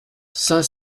saint